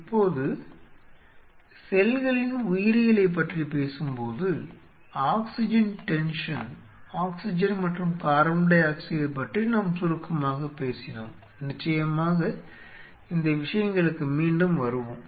இப்போது செல்களின் உயிரியலைப் பற்றி பேசும்போது ஆக்சிஜன் டென்ஷன் ஆக்ஸிஜன் மற்றும் கார்பன் டை ஆக்சைடு பற்றி நாம் சுருக்கமாகப் பேசினோம் நிச்சயமாக இந்த விஷயங்களுக்கு மீண்டும் வருவோம்